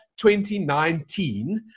2019